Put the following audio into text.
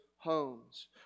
Homes